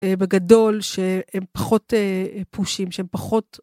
בגדול שהם פחות פושים שהם פחות